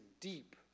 deep